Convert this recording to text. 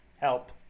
Help